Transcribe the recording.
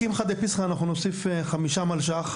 קמחא דפסחא, אנחנו נוסיף חמישה מיליון ₪,